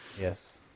Yes